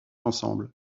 ensemble